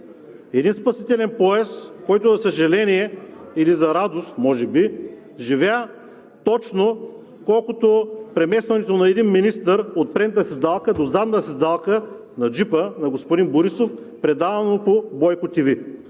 Един спасителен пояс, който, за съжаление, или за радост може би, живя точно колкото преместването на един министър от предната седалка до задната седалка на джипа на господин Борисов, предавано по „Бойко ТВ“.